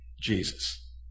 Jesus